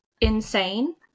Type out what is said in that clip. insane